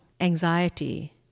anxiety